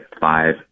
five